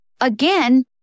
Again